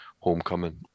homecoming